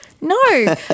No